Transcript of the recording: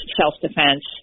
self-defense